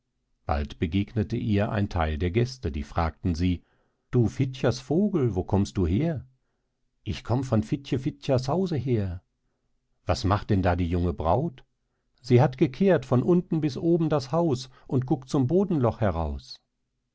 bald begegnete ihr ein theil der gäste die fragten sie du fitchers vogel wo kommst du her ich komm von fitze fitchers hause her was macht denn da die junge braut sie hat gekehrt von unten bis oben das haus und guckt zum bodenloch heraus